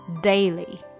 daily